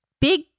big